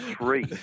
three